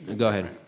go ahead.